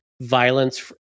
violence